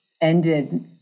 ended